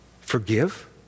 Forgive